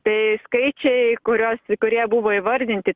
tai skaičiai kuriuos kurie buvo įvardinti